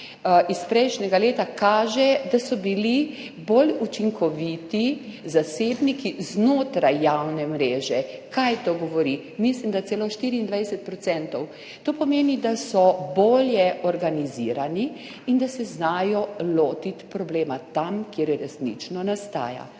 iz prejšnjega leta kaže, da so bili bolj učinkoviti zasebniki znotraj javne mreže. Kaj to govori? Mislim, da celo 24 %. To pomeni, da so bolje organizirani in da se znajo lotiti problema tam, kjer resnično nastaja.